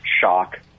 shock